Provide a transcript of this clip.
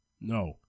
no